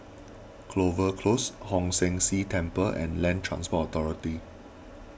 Clover Close Hong San See Temple and Land Transport Authority